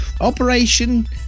Operation